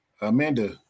Amanda